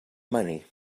money